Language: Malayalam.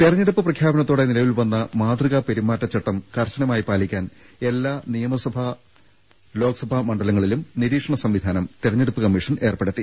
തെരഞ്ഞെടുപ്പ് പ്രഖ്യാപനത്തോടെ നിലവിൽ വന്ന മാതൃകാ പെരു മാറ്റ ചട്ടം കർശനമായി പാലിക്കാൻ എല്ലാ നിയമസഭാ മണ്ഡല ങ്ങളിലും നിരീക്ഷണ സംവിധാനം തെരഞ്ഞെടുപ്പ് കമ്മീഷൻ ഏർപ്പെ ടുത്തി